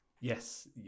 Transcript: Yes